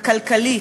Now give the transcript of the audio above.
הכלכלית,